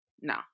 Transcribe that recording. No